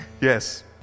Yes